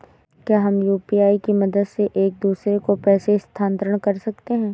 क्या हम यू.पी.आई की मदद से एक दूसरे को पैसे स्थानांतरण कर सकते हैं?